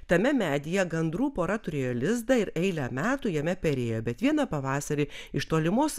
tame medyje gandrų pora turėjo lizdą ir eilę metų jame perėjo bet vieną pavasarį iš tolimos